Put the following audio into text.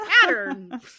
pattern